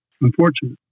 unfortunate